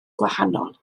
gwahanol